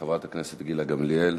חברת הכנסת גילה גמליאל,